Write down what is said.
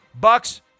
Bucks